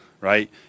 right